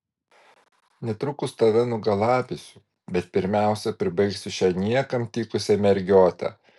netrukus tave nugalabysiu bet pirmiausia pribaigsiu šią niekam tikusią mergiotę